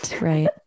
Right